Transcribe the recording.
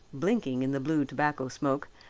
blinking in the blue tobacco smoke,